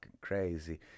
crazy